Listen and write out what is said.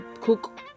cook